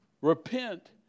Repent